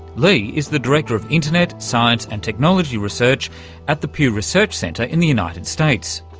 lee is the director of internet, science and technology research at the pew research center in the united states.